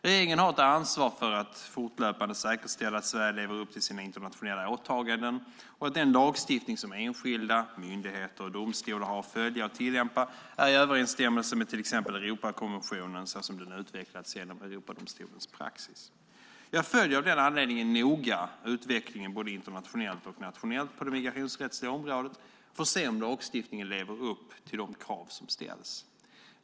Regeringen har ett ansvar för att fortlöpande säkerställa att Sverige lever upp till sina internationella åtaganden och att den lagstiftning som enskilda, myndigheter och domstolar har att följa och tillämpa är i överensstämmelse med till exempel Europakonventionen såsom den utvecklas genom Europadomstolens praxis. Jag följer av den anledning noga utvecklingen både internationellt och nationellt på det migrationsrättsliga området för att se om lagstiftningen lever upp till de krav som ställs.